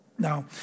Now